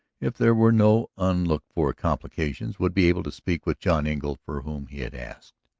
if there were no unlooked-for complications, would be able to speak with john engle for whom he had asked.